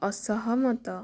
ଅସହମତ